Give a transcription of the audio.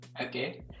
Okay